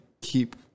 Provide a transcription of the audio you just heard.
keep